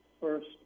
First